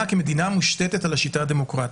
כמדינה המושתת על השיטה הדמוקרטית.